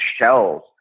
shells